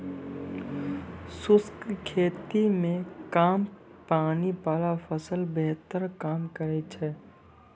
शुष्क खेती मे कम पानी वाला फसल बेहतर काम करै छै